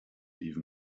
even